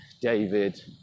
David